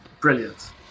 brilliant